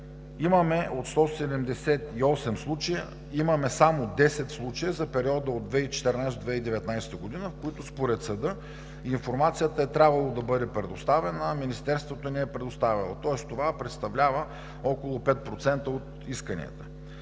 имаме от 178 случая, само 10 случая за периода от 2014-а до 2019 г., за които според съда информацията е трябвало да бъде предоставена, а Министерството не я е предоставило, тоест това представлява около 5% от исканията.